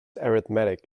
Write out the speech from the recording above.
arithmetic